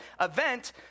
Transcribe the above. event